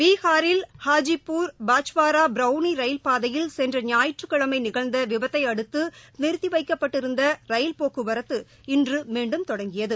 பீகாரில் காஜிப்பூர் பக்வாரா பரௌனி ரயில் பாதையில் சென்ற ஞாயிற்றுக்கிழமை நிகழ்ந்த விபத்தையடுத்து நிறுத்தி வைக்கப்பட்டிருந்த ரயில் போக்குவரத்து இன்று மீண்டும் தொடங்கியது